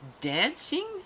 dancing